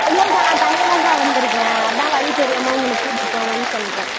இல்லைங்கா நான் தனியாக தான்கா வந்து இருக்கேன் அதான் வழி தெரியாம உங்களை கூட்டிகிட்டு போங்கன்னு சொல்லுறேன்